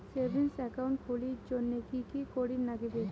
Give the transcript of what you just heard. Savings account খুলির জন্যে কি কি করির নাগিবে?